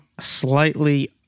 slightly